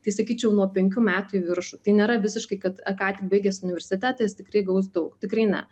tai sakyčiau nuo penkių metų į viršų tai nėra visiškai kad ką tik baigęs universitetą jis tikrai gaus daug tikrai ne